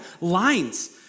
lines